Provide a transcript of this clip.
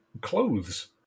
clothes